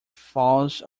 falls